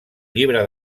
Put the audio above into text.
llibre